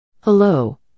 Hello